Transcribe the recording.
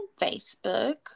Facebook